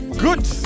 good